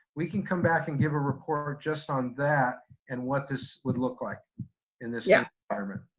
we can come back and give a report just on that and what this would look like in this yeah environment,